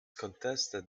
contested